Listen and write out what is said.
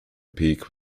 peak